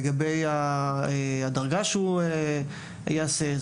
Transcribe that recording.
ולגבי הדרגה שהוא יעשה.